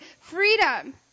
freedom